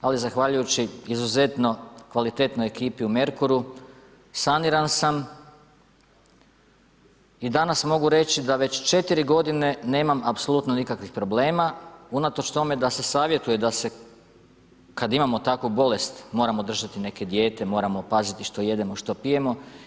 Ali zahvaljujući izuzetno kvalitetnoj ekipi u Merkuru saniran sam i danas mogu reći da već 4 godine nemam apsolutno nikakvih problema unatoč tome da se savjetuje da se kad imamo takvu bolest moramo držati neke dijete, moramo paziti što jedemo, što pijemo.